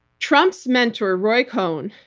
trump's mentor roy cohn,